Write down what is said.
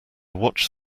watched